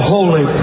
Holy